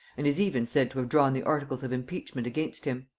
and is even said to have drawn the articles of impeachment against him.